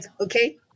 okay